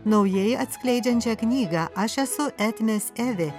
naujai atskleidžiančią knygą aš esu etmės evė